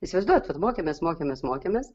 įsivaizduojat mokėmės mokėmės mokėmės